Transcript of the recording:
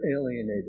alienated